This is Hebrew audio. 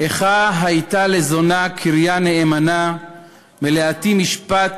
"איכה היתה לזונה קריה נאמנה מלאתי משפט